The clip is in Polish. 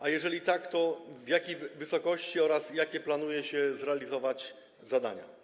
A jeżeli tak, to w jakiej są one wysokości oraz jakie planuje się zrealizować zadania?